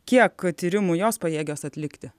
kiek tyrimų jos pajėgios atlikti